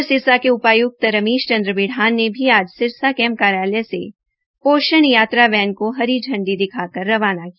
उधर सिरसा के उपाय्क्त रमेश चन्द्र बिढ़ान ने भी आज सिरसा कैंप कार्यालय से पोषण यात्रा को हरी झंडी दिखाकर रवाना किया